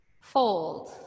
fold